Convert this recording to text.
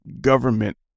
government